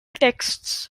texts